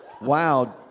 wow